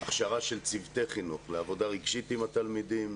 הכשרה של צוותי חינוך ועבודה רגשית עם התלמידים,